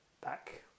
back